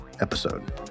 episode